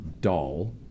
doll